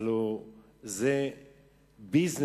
הלוא זה ביזנס.